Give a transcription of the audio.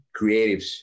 creatives